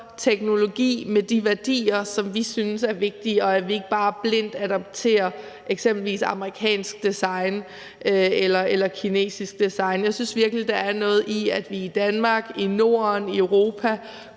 teknologi sammen med de værdier, som vi synes er vigtige, og at vi ikke bare blindt adopterer eksempelvis amerikansk design eller kinesisk design. Jeg synes virkelig, der er noget i, at vi i Danmark, i Norden, i Europa